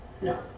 No